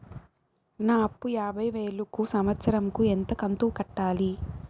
నా అప్పు యాభై వేలు కు సంవత్సరం కు ఎంత కంతు కట్టాలి?